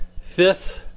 fifth